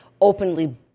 openly